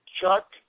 Chuck